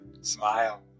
Smile